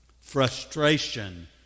frustration